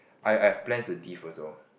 I I've plans to leave also